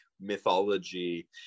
mythology